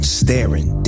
staring